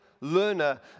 learner